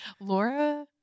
Laura